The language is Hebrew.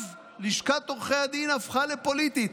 עכשיו לשכת עורכי הדין הפכה לפוליטית.